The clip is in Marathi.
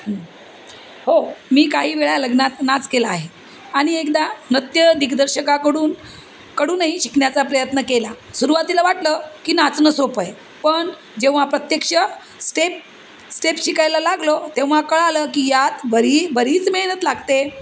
हो मी काही वेळा लग्नात नाच केला आहे आणि एकदा नृत्य दिग्दर्शकाकडून कडूनही शिकण्याचा प्रयत्न केला सुरवातीला वाटलं की नाचणं सोपं आहे पण जेव्हा प्रत्यक्ष स्टेप स्टेप शिकायला लागलो तेव्हा कळलं की यात बरी बरीच मेहनत लागते